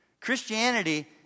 Christianity